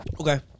Okay